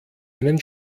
einen